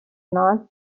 north